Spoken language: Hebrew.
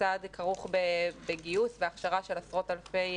הצעד הזה כרוך בגיוס והכשרה של עשרות אלפי